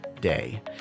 day